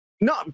no